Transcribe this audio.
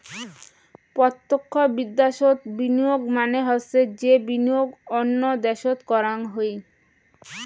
প্রতক্ষ বিদ্যাশোত বিনিয়োগ মানে হসে যে বিনিয়োগ অন্য দ্যাশোত করাং হই